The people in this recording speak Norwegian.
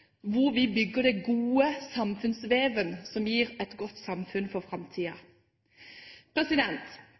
hvor vi bygger den gode samfunnsveven som gir et godt samfunn for